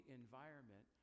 environment